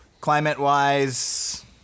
climate-wise